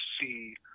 see